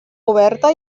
oberta